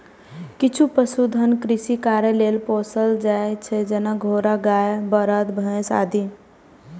किछु पशुधन कृषि कार्य लेल पोसल जाइ छै, जेना घोड़ा, गाय, बरद, भैंस आदि